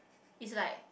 is like